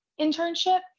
internship